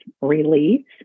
release